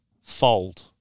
fold